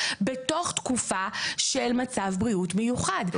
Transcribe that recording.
בתוך תקופה של מצב בריאות מיוחד.